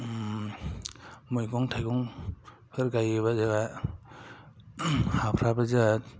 मैगं थायगंफोर गायोब्ला जोंहा हाफोराबो जोंहा